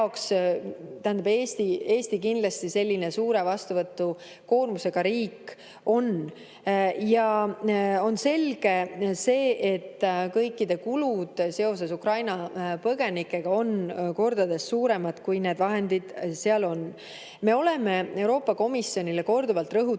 Eesti kindlasti selline suure vastuvõtukoormusega riik on. Ja on selge see, et kõikide kulud seoses Ukraina põgenikega on kordades suuremad, kui need vahendid seal on. Me oleme Euroopa Komisjonile korduvalt rõhutanud